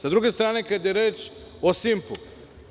Sa druge strane kada je reč o „Simpu“